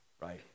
right